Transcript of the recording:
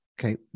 Okay